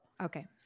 Okay